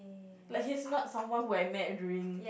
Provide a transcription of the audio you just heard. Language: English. like he's not someone who I met during